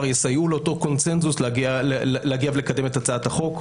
יסייעו לאותו קונצנזוס להגיע ולקדם את הצעת החוק.